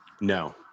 No